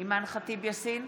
אימאן ח'טיב יאסין,